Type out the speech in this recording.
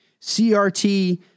CRT